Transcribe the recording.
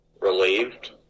relieved